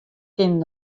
kin